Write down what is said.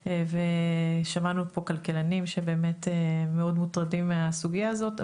ושמענו פה כלכלנים שמוטרדים מאוד מהסוגיה הזאת.